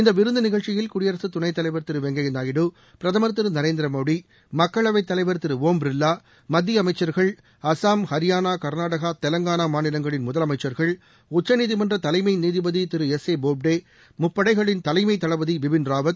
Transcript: இந்த விருந்து நிகழ்ச்சியில் குடியரசு துணைத் தலைவர் திரு வெங்கைய நாயுடு பிரதமர் திரு நரேந்திர மோடி மக்களவைத் தலைவர் திரு ஓம் பிர்லா மத்திய அமைச்சர்கள் அசாம் ஹரியானா கர்நாடகா தெலங்கானா மாநிலங்களின் முதலமைச்சர்கள் உச்சநீதிமன்ற தலைமை நீதிபதி திரு எஸ் ஏ போப்டே முப்படைகளின் தலைமை தளபதி பிபின் ராவத்